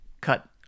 cut